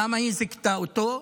למה היא זיכתה אותו?